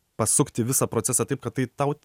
pasukti visą procesą taip kad tai tau